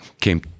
came